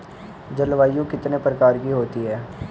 जलवायु कितने प्रकार की होती हैं?